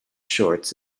shorts